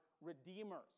redeemers